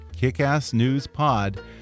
kickassnewspod